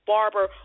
barber